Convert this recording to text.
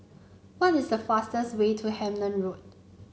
what is the fastest way to Hemmant Road